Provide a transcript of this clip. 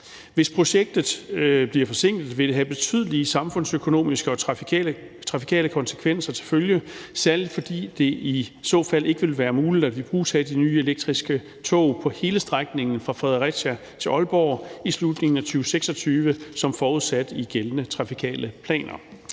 Hvis projektet bliver forsinket, vil det have betydelige samfundsøkonomiske og trafikale konsekvenser til følge, særlig fordi det i så fald ikke vil være muligt at ibrugtage de nye elektriske tog på hele strækningen fra Fredericia til Aalborg i slutningen af 2026 som forudsat i gældende trafikale planer.